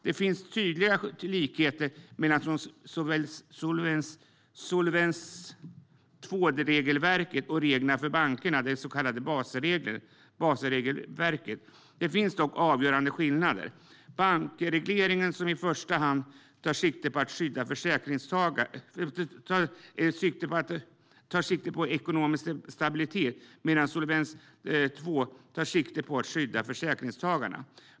Det finns tydliga likheter mellan Solvens II-regelverket och reglerna för bankerna, det så kallade Baselregelverket. Det finns dock avgörande skillnader. Bankregleringen tar i första hand sikte på ekonomisk stabilitet medan Solvens II tar sikte på att skydda försäkringstagarna.